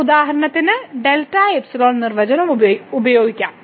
നമുക്ക് ഉദാഹരണത്തിന് delta epsilon നിർവചനം ഉപയോഗിക്കാം